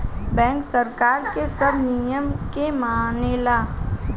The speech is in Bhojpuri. बैंक सरकार के सब नियम के मानेला